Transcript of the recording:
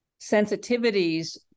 sensitivities